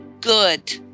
good